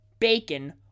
Bacon